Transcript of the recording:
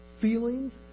feelings